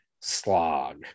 slog